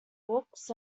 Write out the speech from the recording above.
books